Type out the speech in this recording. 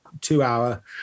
two-hour